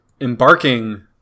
embarking